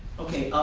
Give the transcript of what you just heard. okay.